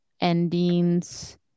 endings